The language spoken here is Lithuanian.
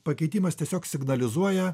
pakeitimas tiesiog signalizuoja